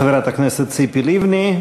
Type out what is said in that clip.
חברת הכנסת ציפי לבני.